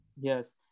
Yes